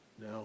No